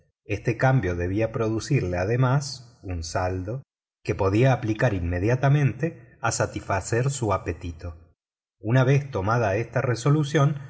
este cambio debía producirle además un saldo que podía aplicar inmediatamente a satisfacer su apetito una vez tomada esta resolución